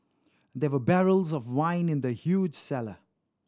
there were barrels of wine in the huge cellar